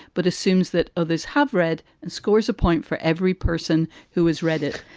but assumes that others have read and scores a point for every person who has read it.